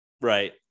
Right